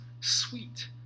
sweet